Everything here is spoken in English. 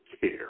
care